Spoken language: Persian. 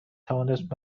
توانست